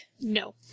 No